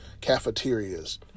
cafeterias